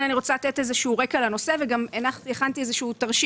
אני רוצה לתת איזשהו רקע לנושא וגם הכנתי איזשהו תרשים